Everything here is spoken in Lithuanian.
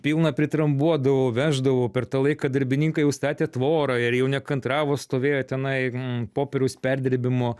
pilna pritrambuodavau veždavau per tą laiką darbininkai jau statė tvorą ir jau nekantravo stovėjo tenai popieriaus perdirbimo